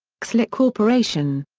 like corporation.